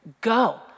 go